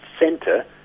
center